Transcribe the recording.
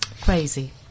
crazy